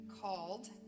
called